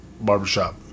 Barbershop